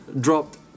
dropped